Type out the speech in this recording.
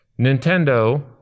nintendo